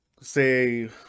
say